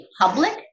public